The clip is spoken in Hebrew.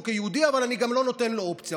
כיהודי אבל אני גם לא נותן לו אופציה,